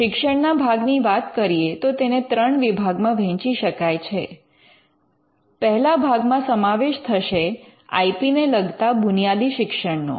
શિક્ષણના ભાગ ની વાત કરીએ તો તેને ત્રણ વિભાગમાં વહેંચી શકાય છે પહેલો ભાગમાં સમાવેશ થશે આઇ પી ને લગતા બુનિયાદી શિક્ષણ નો